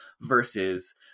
versus